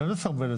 זה מסרבל את זה.